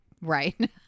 Right